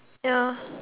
ya